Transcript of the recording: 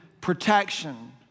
protection